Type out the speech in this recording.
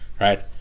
Right